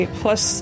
plus